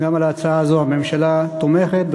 גם בהצעה הזו הממשלה תומכת,